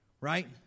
right